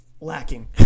lacking